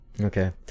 okay